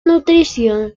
nutrición